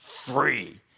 free